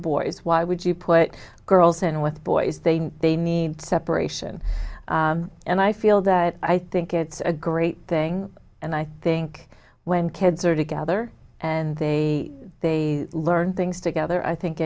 boys why would you put girls in with boys they know they need separation and i feel that i think it's a great thing and i think when kids are together and they they learn things together i think